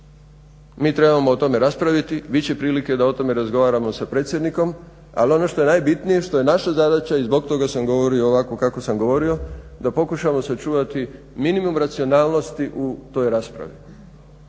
mi trebamo o tome raspraviti, bit će prilike da o tome razgovaramo sa predsjednikom, ali ono što je najbitnije što je naša zadaća i zbog toga sam govorio ovako kako sam govorio, da pokušamo sačuvati minimum racionalnosti u toj raspravi,